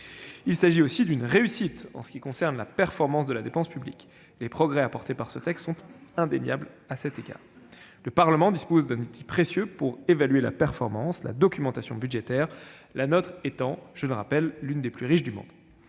Il s'agit aussi d'une réussite en ce qui concerne la performance de la dépense publique. Les progrès apportés par ce texte sont indéniables à cet égard. Le Parlement dispose d'un outil précieux pour évaluer la performance, en l'occurrence la documentation budgétaire qui est, en France, l'une des plus riches au monde.